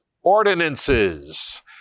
ordinances